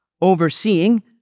overseeing